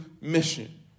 mission